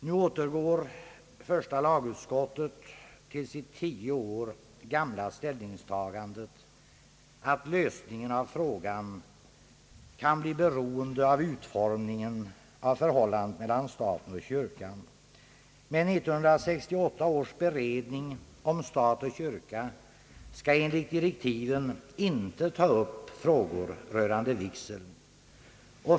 Nu återgår första lagutskottet till sitt tio år gamla ställningstagande att lösningen av frågan kan bli beroende av utformningen av förhållandet mellan staten och kyrkan. Men 1968 års beredning om stat och kyrka skall enligt direktiven inte ta upp ärenden rörande vigsel.